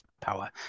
power